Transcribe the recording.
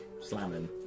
Slamming